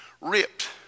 Ripped